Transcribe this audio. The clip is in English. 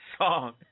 song